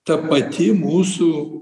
ta pati mūsų